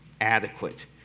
adequate